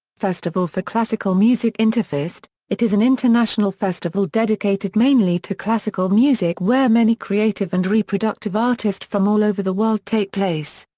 festival for classical music interfest it is an international festival dedicated mainly to classical music where many creative and reproductive artist from all over the world take place.